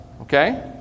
Okay